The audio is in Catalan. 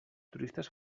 turistes